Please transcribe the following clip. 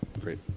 Great